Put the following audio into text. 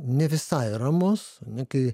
ne visai ramus kai